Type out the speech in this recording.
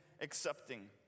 accepting